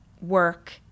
work